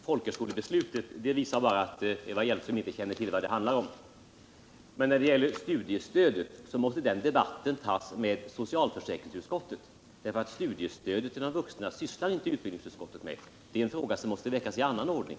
Herr talman! Det sista som Eva Hjelmström nu sade om folkhögskolebeslutet visar bara att hon inte känner till vad det handlar om. Debatten om studiestödet måste emellertid tas upp med socialförsäkringsutskottet, eftersom utbildningutskottet inte sysslar med frågan om studiestöd till vuxna. Frågan måste alltså ställas i annan ordning.